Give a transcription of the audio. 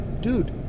dude